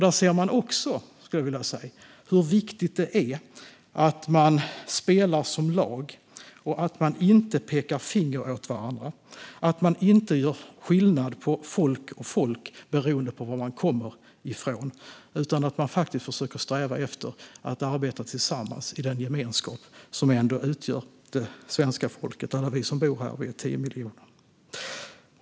Där ser vi också hur viktigt det är att man spelar som lag och inte pekar finger åt varandra och gör skillnad på folk och folk beroende på var människor kommer ifrån. Man måste faktiskt sträva efter att arbeta tillsammans i den gemenskap som det svenska folket utgör - alla vi som bor här, 10 miljoner.